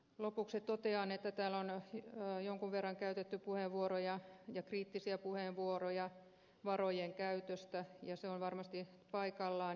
lopuksi totean että täällä on jonkun verran käytetty puheenvuoroja ja kriittisiä puheenvuoroja varojen käytöstä ja se on varmasti paikallaan